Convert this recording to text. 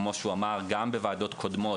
כמו שהוא אמר גם בוועדות קודמות,